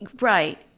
Right